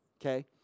Okay